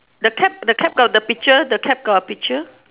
the cap the cap got the picture the cap got a picture